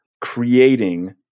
creating